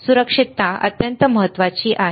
सुरक्षितता अत्यंत महत्वाची आहे